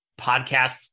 podcast